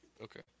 Okay